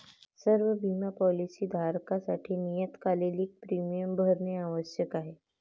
सर्व बिमा पॉलीसी धारकांसाठी नियतकालिक प्रीमियम भरणे आवश्यक आहे